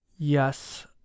Yes